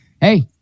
Hey